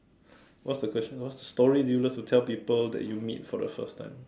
what's the question was story did you love to tell people that you meet for the first time